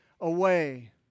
away